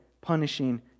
punishing